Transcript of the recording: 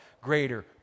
greater